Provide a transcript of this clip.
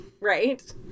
right